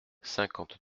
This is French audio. cinquante